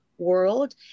world